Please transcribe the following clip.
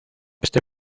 este